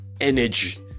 energy